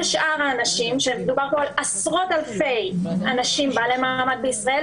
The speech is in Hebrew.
כל שאר האנשים - ומדובר על עשרות אלפי אנשים בעלי מעמד בישראל